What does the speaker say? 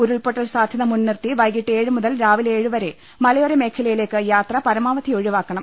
ഉരുൾപൊട്ടൽ സാധ്യത മുൻനിർത്തി വൈകിട്ട് ഏഴുമുതൽ രാവിലെ ഏഴുവരെ മല യോര മേഖലയിലേക്ക് യാത്ര പരമാവധി ഒഴിവാക്കണം